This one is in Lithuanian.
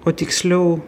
o tiksliau